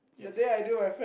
yes